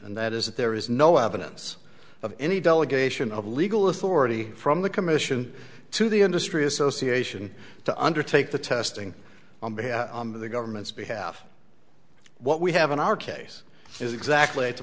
and that is that there is no evidence of any delegation of legal authority from the commission to the industry association to undertake the testing on behalf of the government's behalf what we have in our case is exactly